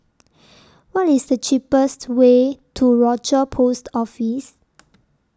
What IS The cheapest Way to Rochor Post Office